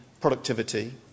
Productivity